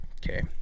Okay